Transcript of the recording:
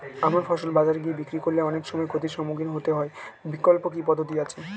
আমার ফসল বাজারে গিয়ে বিক্রি করলে অনেক সময় ক্ষতির সম্মুখীন হতে হয় বিকল্প কি পদ্ধতি আছে?